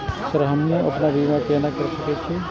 Sir हमू अपना बीमा केना कर सके छी?